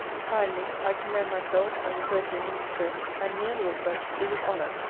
finally, i commend myself, as a person in distress, and merely as such, to his honour,